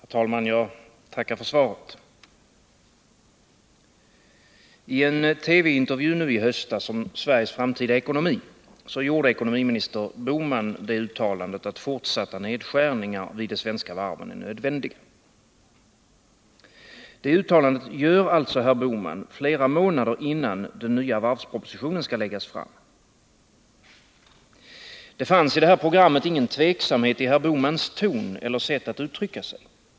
Herr talman! Jag tackar för svaret. I en TV-intervju i höstas om Sveriges framtida ekonomi gjorde ekonomiminister Bohman det uttalandet, att fortsatta nedskärningar vid de svenska varven är nödvändiga. Det uttalandet gör alltså herr Bohman flera månader innan den nya varvspropositionen skall läggas fram. Det fanns i det här programmet ingen tveksamhet i herr Bohmans ton eller sätt att uttrycka sig.